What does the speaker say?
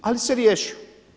Ali se riješio.